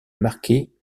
marquée